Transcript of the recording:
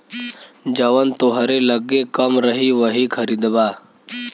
जवन तोहरे लग्गे कम रही वही खरीदबा